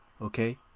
Okay